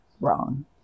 wrong